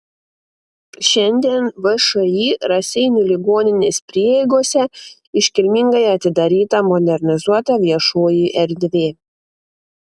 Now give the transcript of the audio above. šiandien všį raseinių ligoninės prieigose iškilmingai atidaryta modernizuota viešoji erdvė